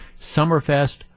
Summerfest